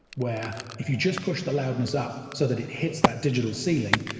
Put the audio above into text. where, if you just push the loudness up so that it hits that digital ceiling,